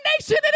nation